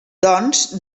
doncs